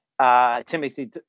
Timothy